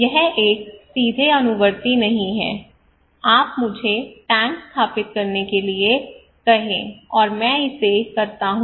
यह एक सीधे अनुवर्ती नहीं है आप मुझे टैंक स्थापित करने के लिए करने के लिए कहें और मैं इसे करता हूं